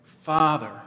Father